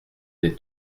des